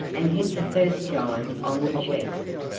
and hit the first giant on the chest.